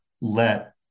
let